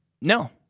no